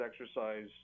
exercise